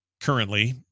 currently